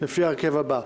לפי ההרכב הבא: